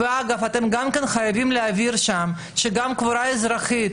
אתם חייבים להבהיר שם שגם קבורה אזרחית,